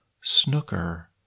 snooker